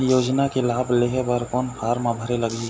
योजना के लाभ लेहे बर कोन फार्म भरे लगही?